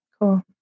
cool